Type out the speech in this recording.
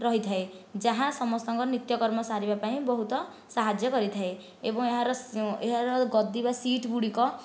ରହିଥାଏ ଯାହା ସମସ୍ତଙ୍କ ନିତ୍ୟକର୍ମ ସାରିବା ପାଇଁ ବହୁତ ସାହାଯ୍ୟ କରିଥାଏ ଏବଂ ଏହାର ଗଦି ବା ସିଟ ଗୁଡ଼ିକ